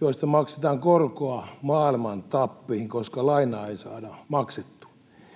joista maksetaan korkoa maailman tappiin, koska lainaa ei saada maksettua.